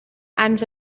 and